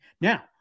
Now